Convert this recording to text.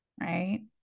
right